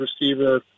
receiver